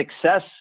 success